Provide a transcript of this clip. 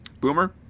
Boomer